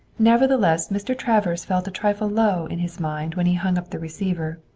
nevertheless, mr. travers felt a trifle low in his mind when he hung up the receiver.